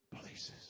places